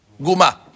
guma